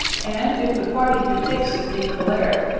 and if the party who takes it, be cholerick,